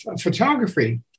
photography